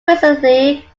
recently